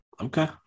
Okay